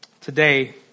Today